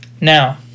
Now